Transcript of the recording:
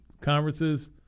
conferences